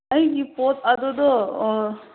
ꯑꯩꯒꯤ ꯄꯣꯠ ꯑꯗꯨꯗꯣ